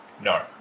No